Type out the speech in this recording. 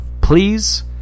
Please